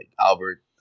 Albert